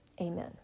amen